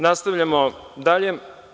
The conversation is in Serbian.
Nastavljamo dalje.